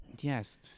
Yes